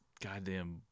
goddamn